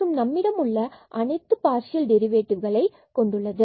மற்றும் நம்மிடம் உள்ள அனைத்தும் பார்சியல் டெரிவேட்டிவ்களை கொண்டுள்ளது